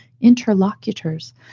interlocutors